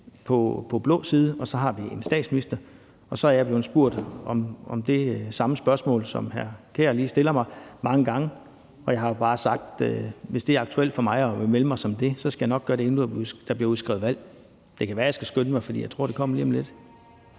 på blå side, og at så har vi en statsminister. Så er jeg blevet stillet det samme spørgsmål, som hr. Kasper Sand Kjær lige stiller mig, mange gange, og jeg har bare sagt, at hvis det er aktuelt for mig at melde mig som det, skal jeg nok gøre det, inden der bliver udskrevet valg. Det kan være, jeg skal skynde mig, for jeg tror, det kommer lige om lidt.